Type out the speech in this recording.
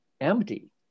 empty